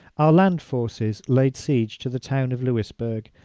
our land forces laid siege to the town of louisbourgh,